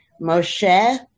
Moshe